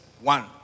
one